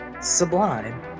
sublime